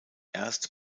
erst